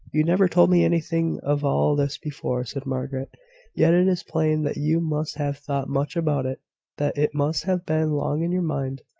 you never told me anything of all this before, said margaret yet it is plain that you must have thought much about it that it must have been long in your mind.